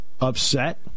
upset